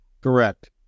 Correct